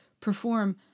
perform